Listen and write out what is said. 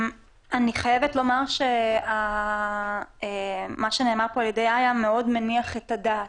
אני חייבת לומר שמה שנאמר פה על-ידי סנ"צ גורצקי מאוד מניח את הדעת,